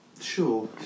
sure